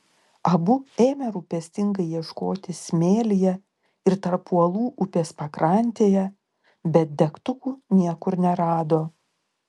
abu ėmė rūpestingai ieškoti smėlyje ir tarp uolų upės pakrantėje bet degtukų niekur nerado